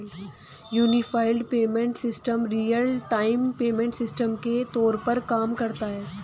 unified payment system real time payment system के तौर पर काम करता है